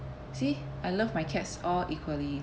see I love my cats all equally